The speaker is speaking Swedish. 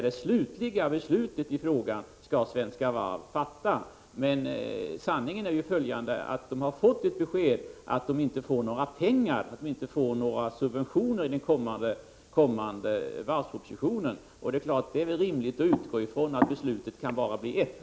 Det slutliga beslutet i denna fråga skall Svenska Varv fatta. Sanningen är att styrelsen har fått ett besked att den inte får några subventionsmedel i den kommande varvspropositionen, och då är det väl rimligt att utgå från att beslutet bara kan bli ett.